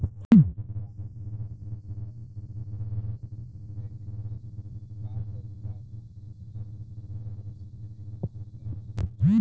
ग्राहक के जाने के बा की की लोन लेवे क का तरीका बा एकरा में कितना किस्त देवे के बा?